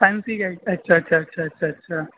فنسی گ اچھا اچھا اچھا اچھا اچھا